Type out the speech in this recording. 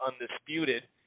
undisputed